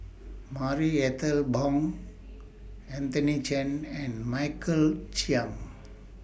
Marie Ethel Bong Anthony Chen and Michael Chiang